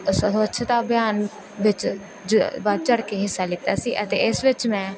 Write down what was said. ਸਵੱਛਤਾ ਅਭਿਆਨ ਵਿੱਚ ਜ ਵੱਧ ਚੜ੍ਹ ਕੇ ਹਿੱਸਾ ਲਿੱਤਾ ਸੀ ਅਤੇ ਇਸ ਵਿੱਚ ਮੈਂ